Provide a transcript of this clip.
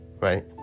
right